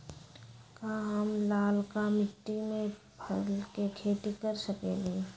का हम लालका मिट्टी में फल के खेती कर सकेली?